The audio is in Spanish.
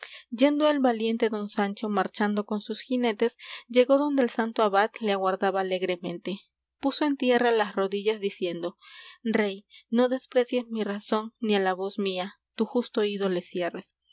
yendo el valiente don sancho marchando con sus jinetes llegó donde el santo abad le aguardaba alegremente puso en tierra las rodillas diciendo rey no desprecies mi razón ni á la voz mía tu justo oído le cierres